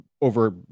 over